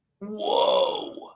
Whoa